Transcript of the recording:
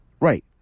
Right